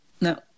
no